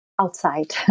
outside